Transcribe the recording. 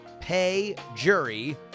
payjury